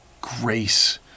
grace